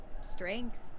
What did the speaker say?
strength